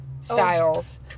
Styles